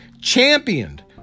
championed